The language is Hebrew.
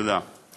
תודה.